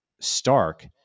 stark